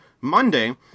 Monday